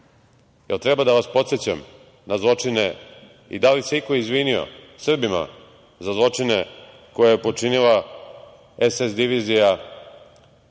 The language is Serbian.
li treba da vas podsećam na zločine i da li se iko izvinio Srbima za zločine koje je počinila SS divizija